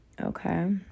Okay